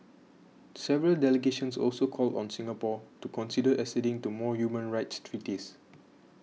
several delegations also called on Singapore to consider acceding to more human rights treaties